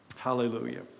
Hallelujah